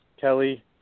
Kelly